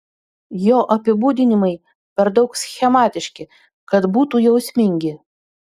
jo apibūdinimai per daug schematiški kad būtų jausmingi